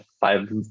five